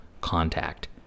contact